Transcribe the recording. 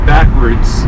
backwards